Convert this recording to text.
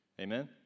Amen